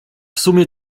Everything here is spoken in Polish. sumie